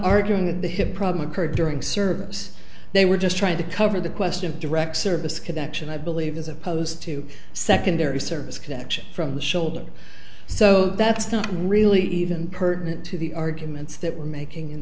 arguing that the hip problem occurred during service they were just trying to cover the question of direct service connection i believe as opposed to secondary service connection from the shoulder so that's not really even pertinent to the arguments that we're making in